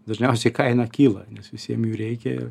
dažniausiai kaina kyla nes visiem jų reikia ir